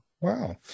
Wow